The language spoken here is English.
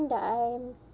that I'm